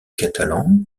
catalan